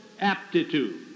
aptitude